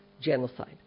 genocide